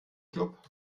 club